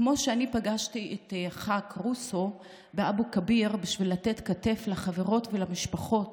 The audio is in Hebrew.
כמו שאני פגשתי את חה"כ רוסו באבו כביר בשביל לתת כתף לחברות ולמשפחות